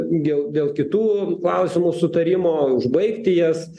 dėl dėl kitų klausimų sutarimo užbaigti jas